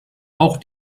auch